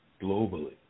globally